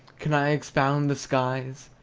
can i expound the skies?